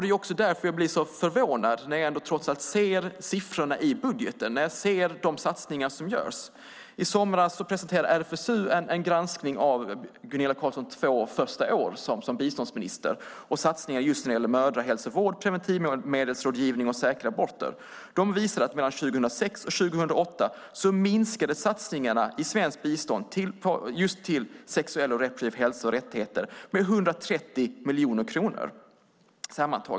Det är också därför jag blir så förvånad när jag trots allt ser siffrorna i budgeten och de satsningar som görs. I somras presenterade RFSU en granskning av Gunilla Carlssons två första år som biståndsminister och satsningar på mödrahälsovård, preventivmedelsrådgivning och säkra aborter. Granskningen visar att mellan 2006 och 2008 minskade satsningar i svenskt bistånd just till sexuell och reproduktiv hälsa och rättigheter med sammantaget 130 miljoner kronor.